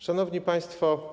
Szanowni Państwo!